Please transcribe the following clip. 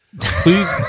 please